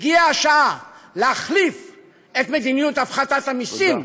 הגיעה השעה להחליף את מדיניות הפחתת המסים, תודה.